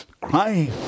crying